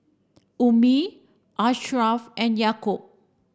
Ummi Ashraff and Yaakob